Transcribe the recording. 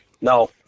No